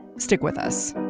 stick with us